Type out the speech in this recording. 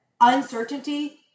uncertainty